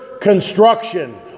construction